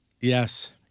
Yes